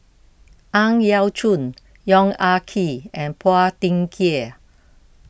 Ang Yau Choon Yong Ah Kee and Phua Thin Kiay